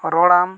ᱨᱚᱲᱟᱢ